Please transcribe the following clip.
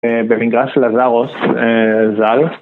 במגרש לזרוס... אה... ז"ל